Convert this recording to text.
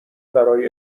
برای